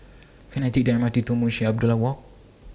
Can I Take The M R T to Munshi Abdullah Walk